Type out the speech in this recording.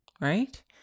right